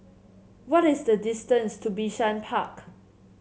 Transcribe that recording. what is the distance to Bishan Park